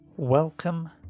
Welcome